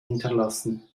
hinterlassen